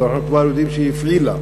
אז אנחנו כבר יודעים שהיא הפעילה,